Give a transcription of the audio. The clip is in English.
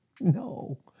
No